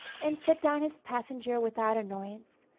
and set down his passenger without annoyance.